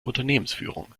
unternehmensführung